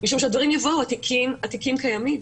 משום שהתיקים קיימים,